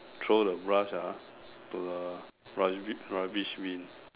throw the brush ah to the rubbi~ rubbish bin